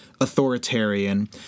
authoritarian